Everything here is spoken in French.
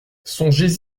songez